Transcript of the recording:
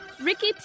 Ricky